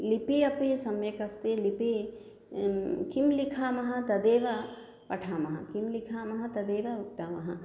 लिपिः अपि सम्यगस्ति लिपिः अपि किं लिखामः तदेव पठामः किं लिखामः तदेव उक्तामः